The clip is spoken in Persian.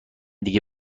دیگه